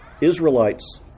Israelites